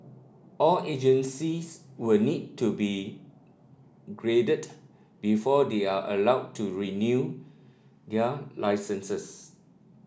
all agencies will need to be graded before they are allowed to renew their licences